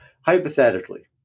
hypothetically